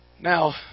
Now